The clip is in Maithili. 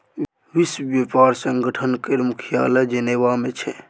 विश्व बेपार संगठन केर मुख्यालय जेनेबा मे छै